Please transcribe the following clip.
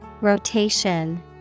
Rotation